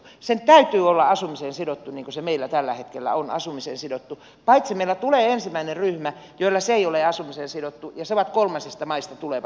sen täytyy olla asumiseen sidottu niin kuin se meillä tällä hetkellä on asumiseen sidottu paitsi että meillä tulee ensimmäinen ryhmä jolla se ei ole asumiseen sidottu ja se on kolmansista maista tulevat